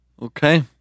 Okay